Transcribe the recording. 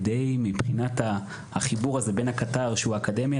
מבחינת החיבור הזה בין הקטר שהוא אקדמי,